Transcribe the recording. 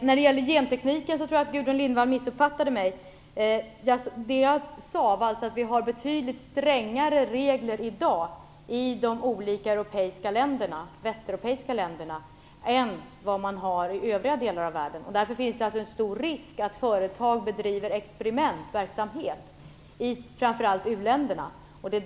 När det gäller gentekniken tror jag att Gudrun Lindvall missuppfattade mig. Jag sade att vi har betydligt strängare regler i dag i de olika västeuropeiska länderna än vad man har i övriga delar av världen. Därför finns det en stor risk för att företag bedriver experimentverksamhet i framför allt u-länderna.